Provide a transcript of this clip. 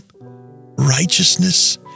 righteousness